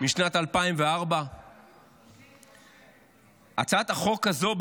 משנת 2004. הצעת החוק הזו,